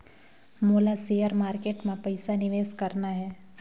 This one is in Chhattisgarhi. मोला शेयर मार्केट मां पइसा निवेश करना हे?